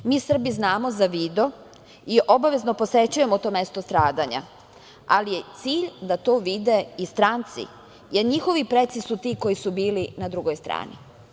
Mi Srbi znamo za Vido i obavezno posećujemo to mesto stradanja, ali je cilj da to vide i stranci, jer njihovi preci su ti koji su bili na drugoj strani.